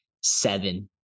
seven